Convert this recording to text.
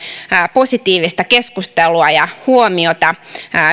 positiivista keskustelua ja huomiota